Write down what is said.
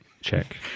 check